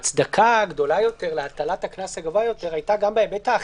ההצדקה הגדולה יותר להטלת הקנס הגבוה יותר הייתה גם בהיבט של האכיפה,